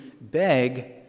beg